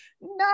no